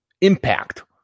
impact